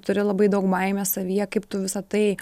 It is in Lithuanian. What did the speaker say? turi labai daug baimės savyje kaip tu visą tai